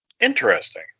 Interesting